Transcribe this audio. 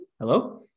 Hello